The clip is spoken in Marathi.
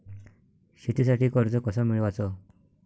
शेतीसाठी कर्ज कस मिळवाच?